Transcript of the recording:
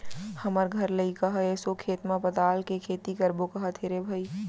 हमर घर लइका ह एसो खेत म पताल के खेती करबो कहत हे रे भई